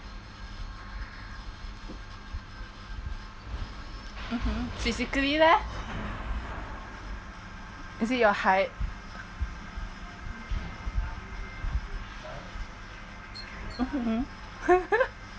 mmhmm physically leh is it your height mmhmm